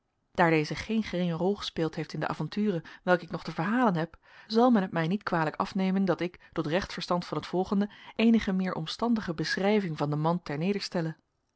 daar deze geen geringe rol gespeeld heeft in de avonturen welke ik nog te verhalen heb zal men het mij niet kwalijk afnemen dat ik tot recht verstand van het volgende eenige meer omstandige beschrijving van den man ter